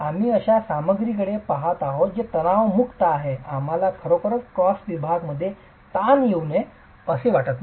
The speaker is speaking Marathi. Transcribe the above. आम्ही अशा सामग्रीकडे पहात आहोत जे तणावात कमकुवत आहे आम्हाला खरोखरच या क्रॉस विभागा मध्ये ताण येऊ नये असे वाटत नाही